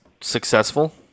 successful